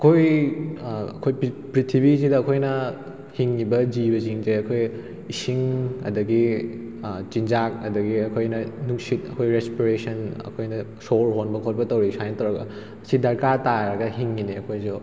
ꯑꯩꯍꯣꯏ ꯑꯩꯈꯣꯏ ꯄ꯭ꯔꯤꯊꯤꯕꯤꯁꯤꯗ ꯑꯩꯈꯣꯏꯅ ꯍꯤꯡꯂꯤꯕ ꯖꯤꯕꯁꯤꯡꯁꯦ ꯑꯩꯈꯣꯏ ꯏꯁꯤꯡ ꯑꯗꯒꯤ ꯆꯤꯟꯖꯥꯛ ꯑꯗꯒꯤ ꯑꯩꯈꯣꯏꯅ ꯅꯨꯡꯁꯤꯠ ꯑꯩꯈꯣꯏ ꯔꯦꯁꯄꯤꯔꯦꯁꯟ ꯑꯩꯈꯣꯏꯅ ꯁꯣꯔ ꯍꯣꯟꯕ ꯈꯣꯠꯄ ꯇꯧꯔꯤ ꯁꯨꯃꯥꯏꯅ ꯇꯧꯔꯒ ꯁꯤ ꯗꯔꯀꯥꯔ ꯇꯥꯔꯒ ꯍꯤꯡꯂꯤꯅꯦ ꯑꯩꯈꯣꯏꯁꯨ